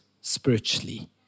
spiritually